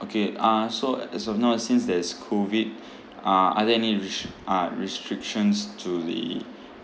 okay uh so as of now since there is COVID are are there any res~ uh restrictions to the